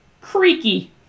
Creaky